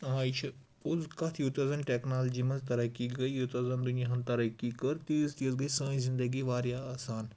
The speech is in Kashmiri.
آ یہِ چھِ پوٚز کَتھ یوٗتاہ زَن ٹیکنالوجی منٛز تَرقی گٔیے یوٗتاہ زَن دُنیاہَن تَرقی کٔر تیٖژ تیٖژ گٔیے سٲنۍ زِندگی واریاہ آسان